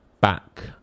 back